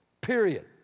period